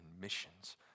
missions